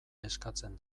eskatzen